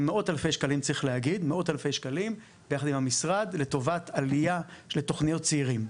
עם מאות אלפי שקלים ביחד עם המשרד לטובת עלייה של תוכניות צעירים.